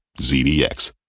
ZDX